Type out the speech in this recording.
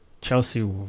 Chelsea